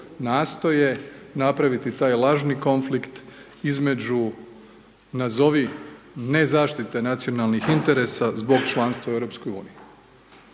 nastoje napraviti taj lažni konflikt između nazovi ne zaštite nacionalnih interesa zbog članstva u EU.